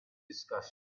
discussion